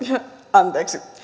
anteeksi